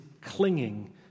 clinging